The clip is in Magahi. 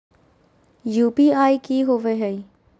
यू.पी.आई की होवे है?